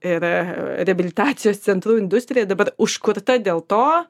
ir reabilitacijos centrų industrija dabar užkurta dėl to